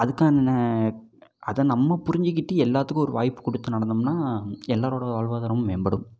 அதுக்கான அதை நம்ம புரிஞ்சுக்கிட்டு எல்லாத்துக்கும் ஒரு வாய்ப்பு கொடுத்து நடந்தோமுனா எல்லோரோட வாழ்வாதாரமும் மேம்படும்